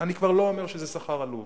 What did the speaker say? אני כבר לא אומר שזה שכר עלוב.